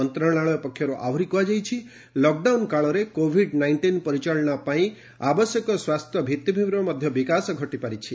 ମନ୍ତ୍ରଣାଳୟ ପକ୍ଷରୁ ଆହୁରି କୁହାଯାଇଛି ଲକଡାଉନ କାଳରେ କୋଭିଡ୍ ନାଇଷ୍ଟିନ୍ ପରିଚାଳନା ପାଇଁ ଆବଶ୍ୟକ ସ୍ୱାସ୍ଥ୍ୟ ଭିଭିଭୂମିର ମଧ୍ୟ ବିକାଶ ଘଟିପାରିଛି